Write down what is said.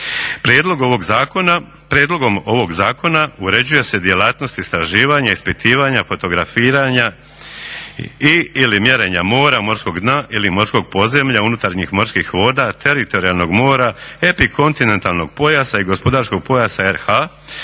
Prijedlogom ovog zakona uređuje se djelatnost, istraživanje, ispitivanja, fotografiranja ili mjerenja mora, morskog dna ili morskog podzemlja unutarnjih morskih voda, teritorijalnog mora, epikontinentalnog pojasa i gospodarskog pojasa RH